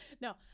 No